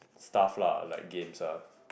stuff lah like games lah